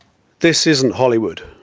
this isn't hollywood,